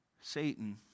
Satan